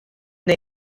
neu